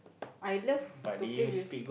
I love to play with